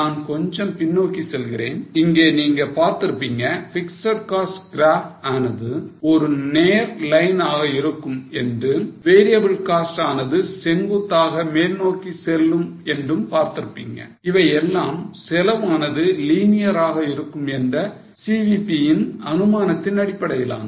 நான் கொஞ்சம் பின்னோக்கி செல்கிறேன் இங்கே நீங்க பார்த்திருப்பீங்க fixed cost graph ஆனது ஒரு நேர் லைனாக இருக்கும் என்றும் variable cost ஆனது செங்குத்தாக மேல் நோக்கி செல்லும் என்றும் பார்த்திருப்பீங்க இவை எல்லாம் செலவு ஆனது linear ஆக இருக்கும் என்ற CVP இன் அனுமானத்தின் அடிப்படையிலானது